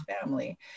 family